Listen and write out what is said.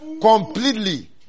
completely